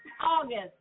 August